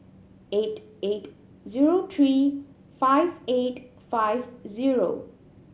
eight eight zero three five eight five zero